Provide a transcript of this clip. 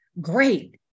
great